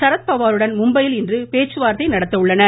சரத்பவாருடன் மும்பையில் இன்று பேச்சுவார்த்தை நடத்த உள்ளனர்